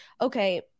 okay